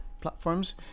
platforms